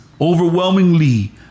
overwhelmingly